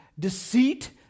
Deceit